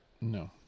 no